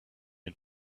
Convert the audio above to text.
and